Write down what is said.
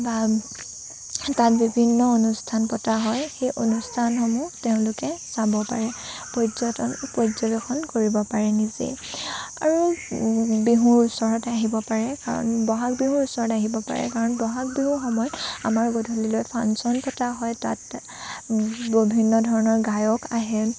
বা তাত বিভিন্ন অনুষ্ঠান পতা হয় সেই অনুষ্ঠানসমূহ তেওঁলোকে চাব পাৰে পৰ্যটন পৰ্যবেক্ষণ কৰিব পাৰে নিজেই আৰু বিহুৰ ওচৰত আহিব পাৰে কাৰণ ব'হাগ বিহুৰ ওচৰত আহিব পাৰে কাৰণ ব'হাগ বিহুৰ সময়ত আমাৰ গধূলিলৈ ফাংশ্যন পতা হয় তাত বিভিন্ন ধৰণৰ গায়ক আহে